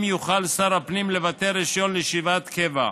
יוכל שר הפנים לבטל רישיון לישיבת קבע: